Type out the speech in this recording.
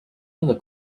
other